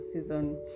season